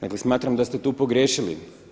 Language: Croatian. Dakle, smatram da ste tu pogriješili.